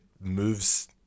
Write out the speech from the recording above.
Moves